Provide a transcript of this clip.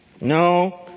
No